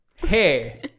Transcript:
Hey